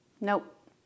Nope